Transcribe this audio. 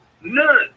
None